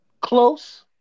Close